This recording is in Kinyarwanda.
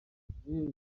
rwanda